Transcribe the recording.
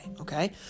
okay